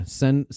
send